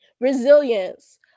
resilience